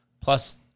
plus